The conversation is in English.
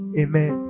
amen